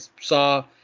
saw